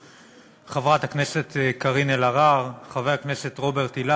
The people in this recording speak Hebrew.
חברי וחברותי חברי הכנסת, אני מתכבד